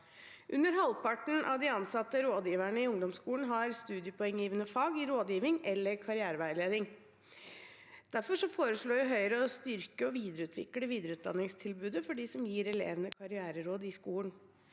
Under halvparten av de ansatte rådgiverne i ungdomsskolen har studiepoenggivende fag i rådgivning eller karriereveiledning. Derfor foreslår Høyre å styrke og videreutvikle videreutdanningstilbudet for dem som gir elevene karriereråd i skolen.